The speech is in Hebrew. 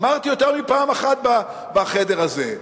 אמרתי יותר מפעם אחת בחדר הזה,